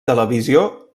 televisió